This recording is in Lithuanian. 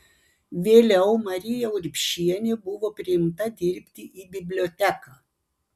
vėliau marija urbšienė buvo priimta dirbti į biblioteką